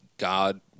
God